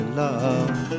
love